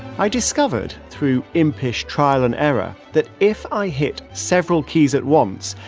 i discovered through impish trial and error that if i hit several keys at once,